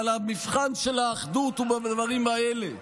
אבל המבחן של האחדות הוא גם בדברים האלה,